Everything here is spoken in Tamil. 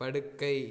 படுக்கை